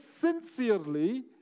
sincerely